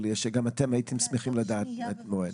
גם אתם הייתם שמחים לדעת מועד.